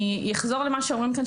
אני אחזור למה שאומרים כאן,